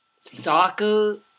soccer